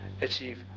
achieve